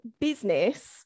business